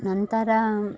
ನಂತರ